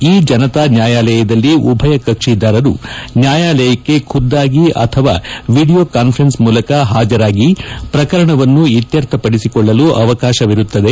E ಜನತಾ ನ್ಯಾಯಾಲಯದಲ್ಲಿ ಉಭಯ ಕಪ್ಪಿದಾರರು ನ್ಯಾಯಾಲಯಕ್ಕೆ ಖುದ್ದಾಗಿ ಅಥವಾ ವಿಡಿಯೋ ಕಾಸ್ಪರೆನ್ಸ್ ಮೂಲಕ ಹಾಜರಾಗಿ ಪ್ರಕರಣವನ್ನು ಇತ್ತರ್ಥಪಡಿಸಿಕೊಳ್ಳಲು ಅವಕಾಶವಿರುತ್ತದೆ